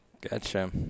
Gotcha